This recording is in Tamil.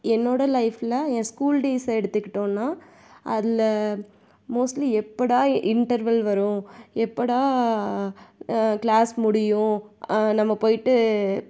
என்னோடய லைஃபில் என் ஸ்கூல் டேஸை எடுத்துக்கிட்டோன்னால் அதில் மோஸ்ட்லி எப்போடா இன்டர்வல் வரும் எப்போடா கிளாஸ் முடியும் நம்ம போயிட்டு